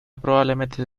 probablemente